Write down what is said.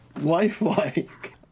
lifelike